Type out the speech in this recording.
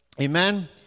Amen